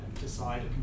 decide